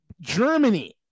Germany